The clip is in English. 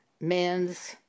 men's